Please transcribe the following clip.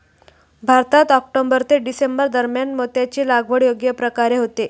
भारतात ऑक्टोबर ते डिसेंबर दरम्यान मोत्याची लागवड योग्य प्रकारे होते